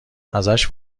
ازش